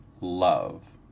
love